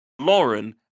Lauren